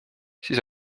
siis